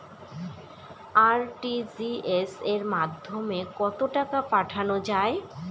RTGS এর মাধ্যমে কত টাকা পাঠানো যায়?